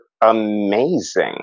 amazing